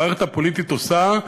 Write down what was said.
המערכת הפוליטית עושה,